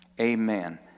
amen